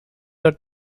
the